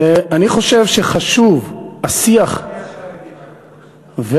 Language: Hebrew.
אני חושב שחשוב השיח גם שם יש חרדים.